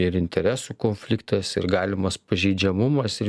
ir interesų konfliktas ir galimas pažeidžiamumas ir